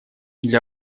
для